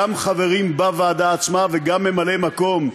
גם חברים בוועדה עצמה וגם ממלאי-מקום,